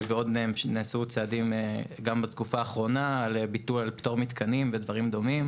ועוד נעשו צעדים גם בתקופה האחרונה לביטול על פטור מתקנים ודברים דומים.